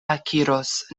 akiros